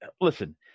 listen